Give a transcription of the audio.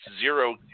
zero